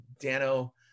Dano